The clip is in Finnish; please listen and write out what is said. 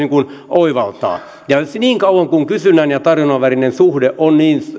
oivaltaa niin kauan kuin kysynnän ja tarjonnan välinen suhde on niin